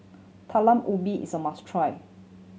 Talam Ubi is a must try